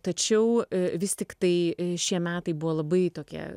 tačiau vis tiktai šie metai buvo labai tokie